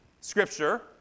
scripture